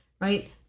right